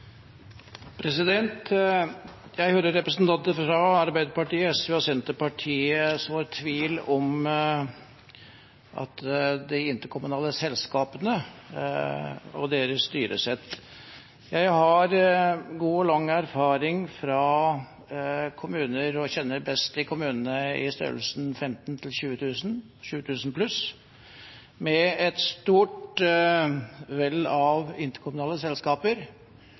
Jeg hører representanter fra Arbeiderpartiet, SV og Senterpartiet så tvil om de interkommunale selskapene og deres styresett. Jeg har god og lang erfaring fra kommuner og kjenner best kommuner i størrelsesorden 15 000–20 000 pluss med et vell av interkommunale selskaper, og det er uten tvil sånn at når en tjeneste legges ut til interkommunale selskaper,